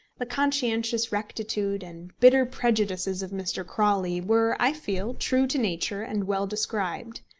the conscientious rectitude and bitter prejudices of mr. crawley were, i feel, true to nature and well described.